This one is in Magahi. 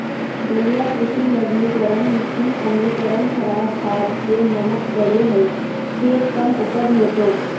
जलीय कृषि लवणीकरण मिटी अम्लीकरण खराब खाद से नमक बढ़े हइ खेत कम उपज होतो